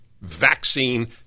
vaccine